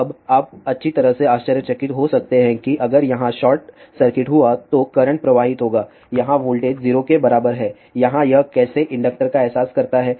अब आप अच्छी तरह से आश्चर्यचकित हो सकते हैं कि अगर यहां शॉर्ट सर्किट हुआ है तो करंट प्रवाहित होगा यहां वोल्टेज 0 के बराबर है यहां यह कैसे इंडक्टर का एहसास करता है